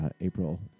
April